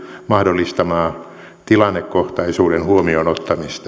mahdollistamaa tilannekohtaisuuden huomioon ottamista